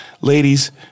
Ladies